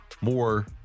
more